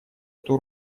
эту